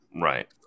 Right